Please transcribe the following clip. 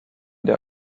der